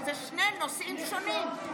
שאלה שני נושאים שונים.